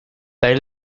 they